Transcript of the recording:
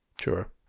Sure